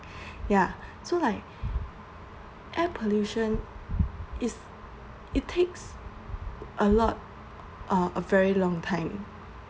ya so like air pollution it takes a lot uh a very long time